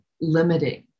limiting